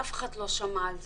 אף אחד לא שמע על זה.